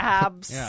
abs